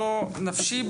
לא נפשי.